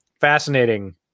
fascinating